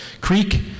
creek